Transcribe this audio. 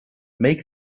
make